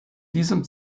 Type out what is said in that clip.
diesem